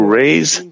raise